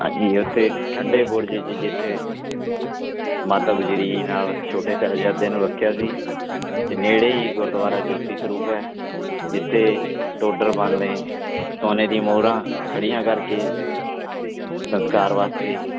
ਹਾਂਜੀ ਉੱਥੇ ਠੰਡੇ ਬੁਰਜ 'ਚ ਜਿੱਥੇ ਮਾਤਾ ਗੁਜਰੀ ਜੀ ਨਾਲ ਛੋਟੇ ਸਾਹਿਬਜ਼ਾਦਿਆਂ ਨੂੰ ਰੱਖਿਆ ਸੀ ਅਤੇ ਨੇੜੇ ਹੀ ਗੁਰਦੁਆਰਾ ਜੋਤੀ ਸਰੂਪ ਹੈ ਜਿੱਥੇ ਟੋਡਰ ਮੱਲ ਨੇ ਸੋਨੇ ਦੀਆਂ ਮੋਹਰਾਂ ਖੜ੍ਹੀਆਂ ਕਰਕੇ ਸਸਕਾਰ ਵਾਸਤੇ